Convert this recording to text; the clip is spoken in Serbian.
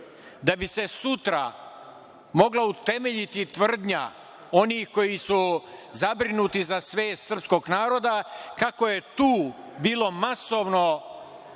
da bi se sutra mogla utemeljiti tvrdnja onih koji su zabrinuti za svest srpskog naroda kako je tu bilo masovno